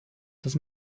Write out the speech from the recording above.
dass